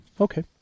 Okay